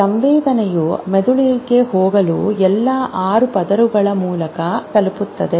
ಸಂವೇದನೆಯು ಮೆದುಳಿಗೆ ಹೋಗಲು ಎಲ್ಲಾ ಆರು ಪದರಗಳ ಮೂಲಕ ತಲುಪುತ್ತದೆ